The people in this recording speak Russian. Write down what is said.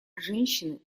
женщины